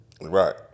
Right